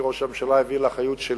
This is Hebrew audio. שראש הממשלה העביר לאחריותי,